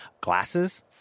glasses